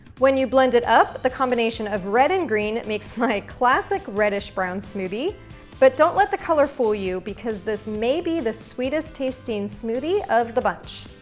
when you blend it up, the combination of red and green makes my classic reddish brown smoothie but don't let the color fool you because this may be the sweetest tasting smoothie of the bunch.